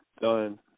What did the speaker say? done